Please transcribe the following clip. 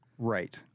Right